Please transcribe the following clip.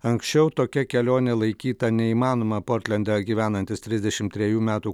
anksčiau tokia kelionė laikyta neįmanoma portlende gyvenantis trisdešim trejų metų